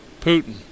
Putin